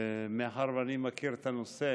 מאחר שאני מכיר את הנושא